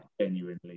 genuinely